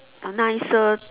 uh nicer